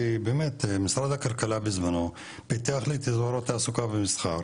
כי באמת משרד הכלכלה בזמנו פיתח תעסוקה ומסחר